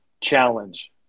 challenge